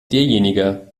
derjenige